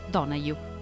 Donahue